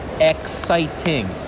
exciting